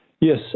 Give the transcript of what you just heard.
Yes